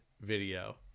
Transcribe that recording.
video